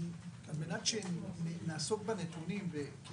על מנת שנעסוק בנתונים אני